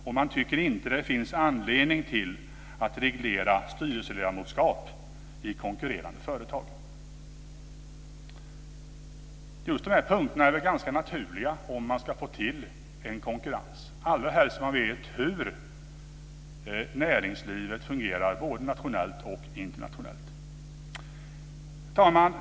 Och man tycker inte att det finns anledning att reglera styrelseledamotskap i konkurrerande företag. Just de här punkterna är ganska naturliga om man ska få till en konkurrens, allra helst om man vet hur näringslivet fungerar både nationellt och internationellt. Herr talman!